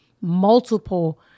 multiple